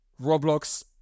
Roblox